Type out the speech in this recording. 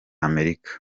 amerika